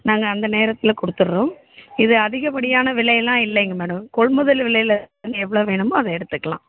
நாங்கள் அந்த நேரத்தில் கொடுத்துட்றோம் இது அதிகப்படியான விலையெல்லாம் இல்லைங்க மேடம் கொள்முதல் விலையில உங்களுக்கு எவ்வளோ வேணுமோ அதை எடுத்துக்கலாம்